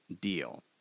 deal